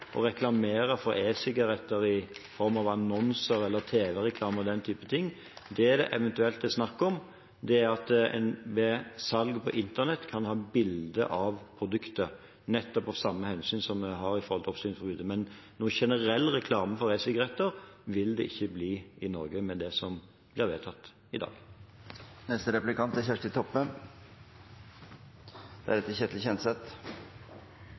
å reklamere for e-sigaretter i form av annonser, tv-reklamer eller den typen ting. Det det eventuelt er snakk om, er at en ved salg på Internett kan ha bilde av produktet, nettopp av samme hensyn som vi har med hensyn til oppstillingsforbudet. Men noen generell reklame for e-sigaretter vil det ikke bli i Norge med det som blir vedtatt i